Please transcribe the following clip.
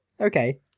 okay